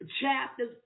chapters